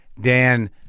Dan